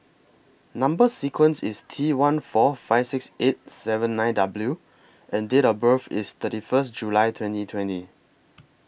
Number sequence IS T one four five six eight seven nine W and Date of birth IS thirty First July twenty twenty